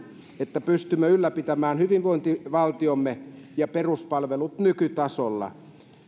että pystymme ylläpitämään hyvinvointivaltiomme ja peruspalvelut nykytasolla